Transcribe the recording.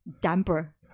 damper